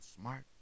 smart